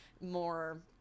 more